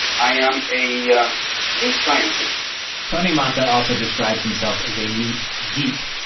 i am a yeah meat scientist tony mata also describes himself as a meat geek.